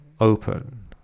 open